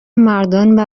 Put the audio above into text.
مردان